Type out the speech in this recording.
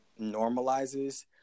normalizes